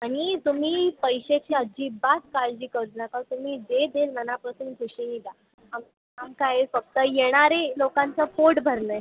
आणि तुम्ही पैशाची अजिबात काळजी करू नका तुम्ही जे जे मनापासून खुशीने द्या आमचं काम काय आहे फक्त येणाऱ्या लोकांचं पोट भरणं आहे